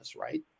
right